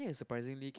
think it's surprisingly